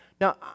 Now